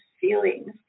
feelings